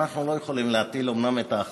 אומנם אנחנו לא יכולים להטיל את האחריות